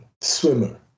swimmer